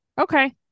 Okay